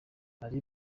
ali